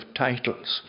titles